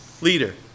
Leader